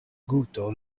guto